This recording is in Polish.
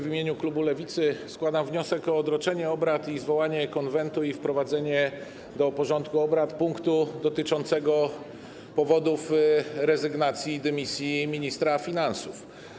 W imieniu klubu Lewicy składam wniosek o odroczenie obrad, zwołanie Konwentu i wprowadzenie do porządku obrad punktu dotyczącego powodów rezygnacji i dymisji ministra finansów.